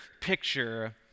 picture